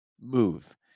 Move